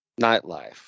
nightlife